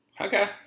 Okay